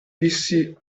dissi